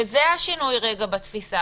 זה השינוי בתפיסה.